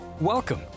Welcome